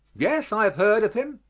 yes, i have heard of him.